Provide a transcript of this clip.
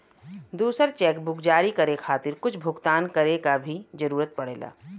दूसर चेकबुक जारी करे खातिर कुछ भुगतान करे क भी जरुरत पड़ेला